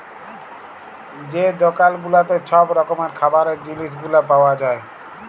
যে দকাল গুলাতে ছব রকমের খাবারের জিলিস গুলা পাউয়া যায়